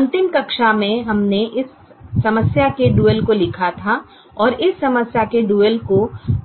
अंतिम कक्षा में हमने इस समस्या के डुअल को लिखा था और इस समस्या के डुअल को